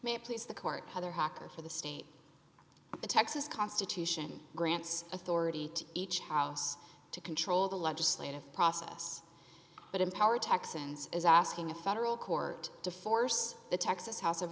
it please the court other hacker for the state of texas constitution grants authority to each house to control the legislative process but empower texans is asking a federal court to force the texas house of